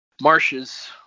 marshes